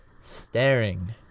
staring